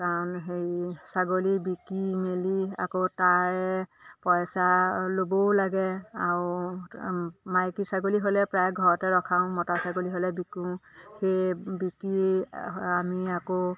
কাৰণ সেই ছাগলী বিকি মেলি আকৌ তাৰে পইচা ল'বও লাগে আৰু মাইকী ছাগলী হ'লে প্ৰায় ঘৰতে ৰখাওঁ মতা ছাগলী হ'লে বিকোঁ সেই বিকি আমি আকৌ